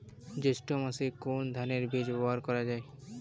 জৈষ্ঠ্য মাসে কোন ধানের বীজ ব্যবহার করা যায়?